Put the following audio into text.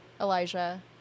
Elijah